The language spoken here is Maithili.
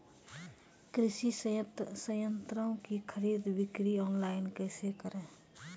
कृषि संयंत्रों की खरीद बिक्री ऑनलाइन कैसे करे?